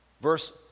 verse